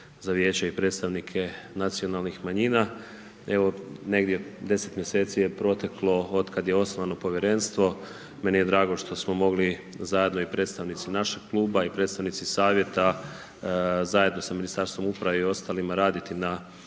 za vijeće i predstavnike nacionalnih manjina. Evo, negdje 10 mjeseci je proteklo od kad je osnovano povjerenstvo, meni je drago što smo mogli, zajedno i predstavnici našeg kluba i predstavnici savjeta, zajedno sa Ministarstvom uprave i ostalima raditi na